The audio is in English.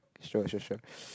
sure sure sure